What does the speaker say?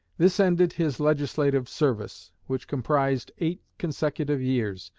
this ended his legislative service, which comprised eight consecutive years,